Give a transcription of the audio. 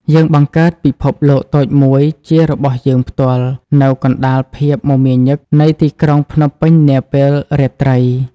យើងបង្កើតពិភពលោកតូចមួយជារបស់យើងផ្ទាល់ នៅកណ្តាលភាពមមាញឹកនៃទីក្រុងភ្នំពេញនាពេលរាត្រី។